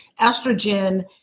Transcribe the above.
estrogen